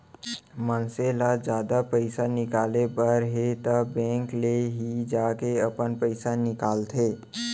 मनसे ल जादा पइसा निकाले बर हे त बेंक ले ही जाके अपन पइसा निकालंथे